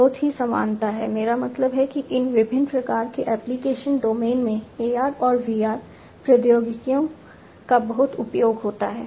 बहुत सी समानता है मेरा मतलब है कि इन विभिन्न प्रकार के एप्लिकेशन डोमेन में AR और VR प्रौद्योगिकियों का बहुत उपयोग होता है